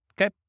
okay